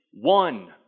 one